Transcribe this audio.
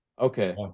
Okay